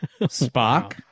Spock